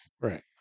Right